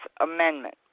Amendment